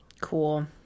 cool